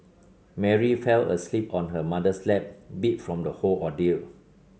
Mary fell asleep on her mother's lap beat from the whole ordeal